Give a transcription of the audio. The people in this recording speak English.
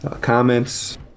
comments